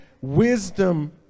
wisdom